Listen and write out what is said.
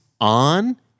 on